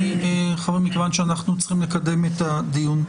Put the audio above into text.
אנחנו צריכים לקדם את הדיון.